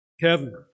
Kevin